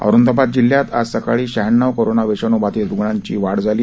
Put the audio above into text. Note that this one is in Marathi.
औरंगाबाद जिल्ह्यात आज सकाळी शहाण्णव कोरोना विषाणू बाधित रुग्णांची वाढ झाली